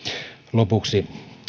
lopuksi